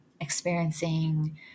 experiencing